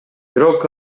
бирок